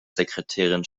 sekretärin